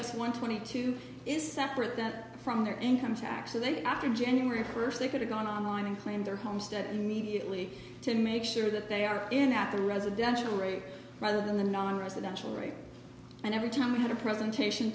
h s one twenty two is separate that from their income tax and then after january first they could have gone on line and claim their homestead mediately to make sure that they are in happy residential rate rather than the nonresidential rate and every time we had a presentation